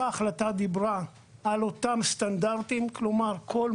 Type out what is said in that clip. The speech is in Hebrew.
אותה החלטה דיברה על הסטנדרטים לקבלת אבטחה,